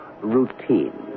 routine